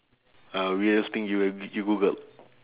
uh weirdest thing you have you googled